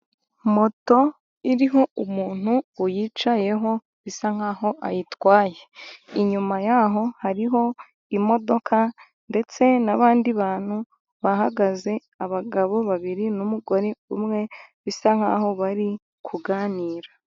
Moto iriho umuntu uyicayeho bisa nk'aho ayitwaye. Inyuma yaho hariho imodoka ndetse n'abandi bantu bahagaze abagabo babiri n'umugore umwe bisa nk'aho bari kuganira.